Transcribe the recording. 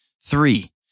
Three